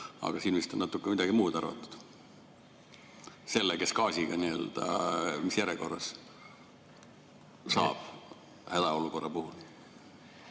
Aga siin vist on natuke midagi muud arvatud. Kes gaasiga nii‑öelda ... Mis järjekorras saab hädaolukorra puhul?